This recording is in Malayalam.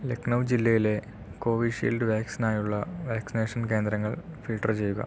ലഖ്നൗ ജില്ലയിലെ കോവിഷീൽഡ് വാക്സിനായുള്ള വാക്സിനേഷൻ കേന്ദ്രങ്ങൾ ഫിൽട്ടർ ചെയ്യുക